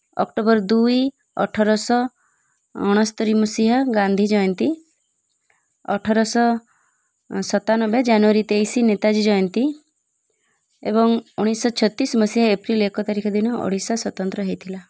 October ଦୁଇ ଅଠରଶହ ଅଣସ୍ତୋରି ମସିହା ଗାନ୍ଧୀ ଜୟନ୍ତୀ ଅଠରଶହ ସତାନବେ ଜାନୁଆରୀ ତେଇଶ ନେତାଜୀ ଜୟନ୍ତୀ ଏବଂ ଉଣେଇଶଶହ ଛତିଶ ମସିହା ଏପ୍ରିଲ୍ ଏକ ତାରିଖ ଦିନ ଓଡ଼ିଶା ସ୍ୱତନ୍ତ୍ର ହୋଇଥିଲା